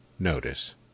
Notice